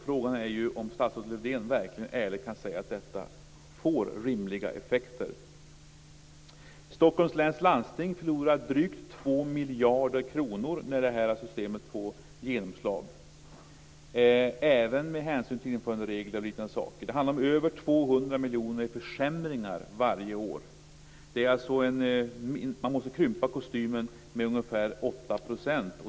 Frågan är om statsrådet Lövdén verkligen ärligt kan säga att det får rimliga effekter. Stockholms läns landsting förlorar drygt 2 miljarder kronor när systemet får genomslag, även med hänsyn till införanderegler och liknande saker. Det handlar om över 200 miljoner i försämringar varje år. Man måste alltså krympa kostymen med ungefär 8 %.